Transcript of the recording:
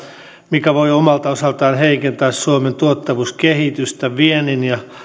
mikä voi omalta osaltaan heikentää suomen tuottavuuskehitystä viennin ja